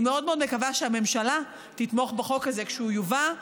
אני מאוד מאוד מקווה שהממשלה תתמוך בחוק הזה כשהוא יובא.